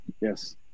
Yes